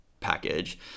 package